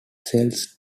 cells